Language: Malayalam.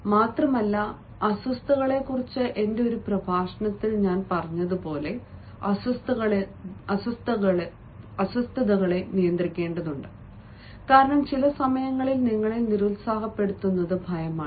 മാത്രമല്ല അസ്വസ്ഥതകളെക്കുറിച്ചുള്ള എന്റെ ഒരു പ്രഭാഷണത്തിൽ ഞാൻ പറഞ്ഞതുപോലെ അസ്വസ്ഥതകളെ നിയന്ത്രിക്കേണ്ടതുണ്ട് കാരണം ചില സമയങ്ങളിൽ നിങ്ങളെ നിരുത്സാഹപെടുത്തുന്നത് ഭയമാണ്